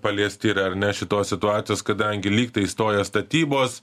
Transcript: paliesti yra ar ne šitos situacijos kadangi lyg tai stoja statybos